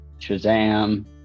Shazam